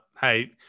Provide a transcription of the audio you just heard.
hey